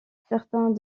certains